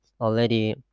already